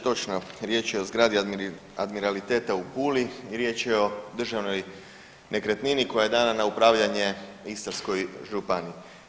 Točno, riječ je o zgradi admiraliteta u Puli i riječ je o državnoj nekretnini koja je dana na upravljanje Istarskoj županiji.